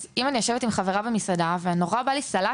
אם אני יושבת עם חברה במסעדה ואוכלת סלט,